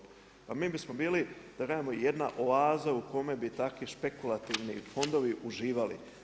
Pa mi bismo bili, da kažemo jedna oaza u kome bi takvi špekulativni fondovi uživali.